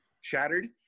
shattered